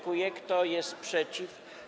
Kto jest przeciw?